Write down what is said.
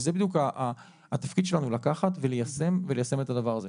וזה בדיוק התפקיד שלנו, לקחת וליישם את הדבר הזה.